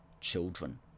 children